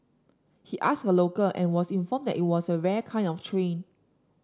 he asked a local and was informed that it was a a rare kind of train